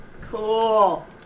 Cool